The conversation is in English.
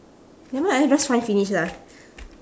never mind lah just find finish lah